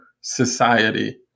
society